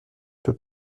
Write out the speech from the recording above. peut